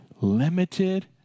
limited